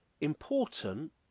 important